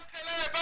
איך אליי הביתה